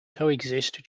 coexist